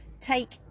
take